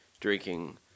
drinking